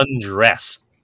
undressed